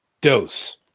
dose